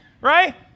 right